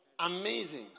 Amazing